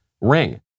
Ring